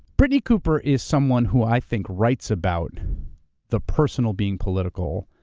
brittney cooper is someone who i think writes about the personal being political,